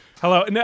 Hello